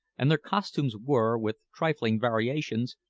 and their costumes were, with trifling variations,